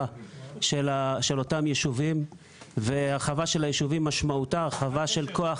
להרחבה של אותם ישובים והרחבה של הישובים משמעותה הרחבה של כוח.